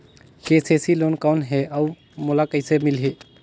KCC loan कौन हे अउ मोला कइसे मिलही?